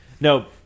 No